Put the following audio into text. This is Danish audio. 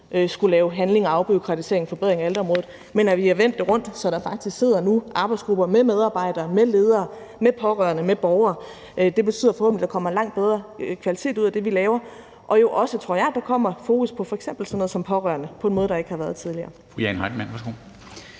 skulle lave handling og afbureaukratisering og forbedring af ældreområdet. Vi har vendt det rundt, så der faktisk nu sidder arbejdsgrupper med medarbejdere, med ledere, med pårørende, med borgere. Det betyder forhåbentlig, at der kommer langt bedre kvalitet ud af det, vi laver, og jo også, tror jeg, fokus på f.eks. sådan noget som pårørende på en måde, der ikke har været tidligere. Kl. 13:26 Formanden